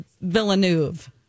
Villeneuve